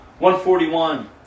141